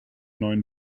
neuen